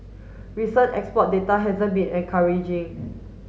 recent export data hasn't been encouraging